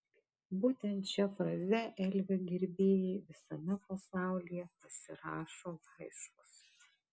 būtent šia fraze elvio gerbėjai visame pasaulyje pasirašo laiškus